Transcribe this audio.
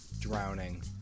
Drowning